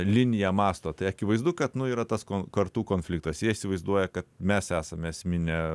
linija mąsto tai akivaizdu kad nu yra tas ko kartų konfliktas jie įsivaizduoja kad mes esame esminė